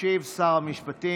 ישיב שר המשפטים.